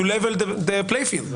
level the playing field,